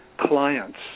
clients